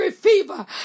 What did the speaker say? fever